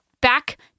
back